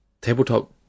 Tabletop